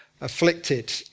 Afflicted